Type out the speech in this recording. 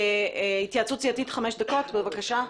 התייעצות סיעתית, בבקשה,